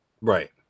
right